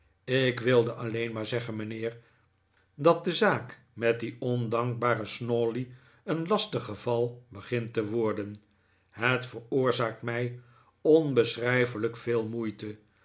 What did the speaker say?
ik wilde alleen maar zeggen mijnheer dat de zaak met dien ondankbaren snawley een lastig geval begint te worden het veroorzaakt mij onbeschrijfelijk veel moeite